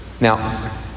Now